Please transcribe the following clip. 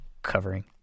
Covering